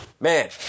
Man